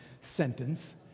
sentence